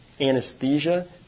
anesthesia